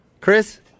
Chris